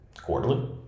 Quarterly